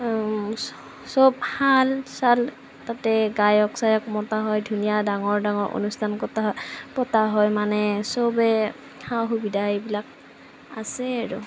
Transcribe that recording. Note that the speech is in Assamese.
চব শাল চাল তাতে গায়ক চায়ক মতা হয় ধুনীয়া ডাঙৰ ডাঙৰ অনুষ্ঠান কতা হয় পতা হয় মানে চবে সা সুবিধা এইবিলাক আছে আৰু